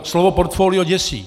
Slovo portfolio děsí.